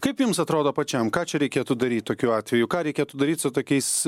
kaip jums atrodo pačiam ką čia reikėtų daryt tokiu atveju ką reikėtų daryt su tokiais